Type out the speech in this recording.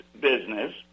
business